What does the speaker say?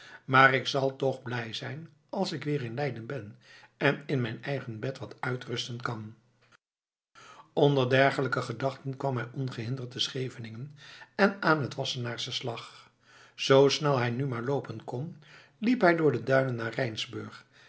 maar ik zal toch blij zijn als ik weer in leiden ben en in mijn eigen bed wat uitrusten kan onder dergelijke gedachten kwam hij ongehinderd te scheveningen en aan het wassenaarsche slag zoo snel hij nu maar loopen kan liep hij door de duinen naar rijnsburg